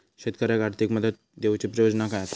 शेतकऱ्याक आर्थिक मदत देऊची योजना काय आसत?